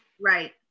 Right